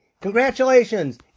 Congratulations